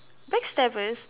backstabbers